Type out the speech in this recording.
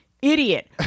Idiot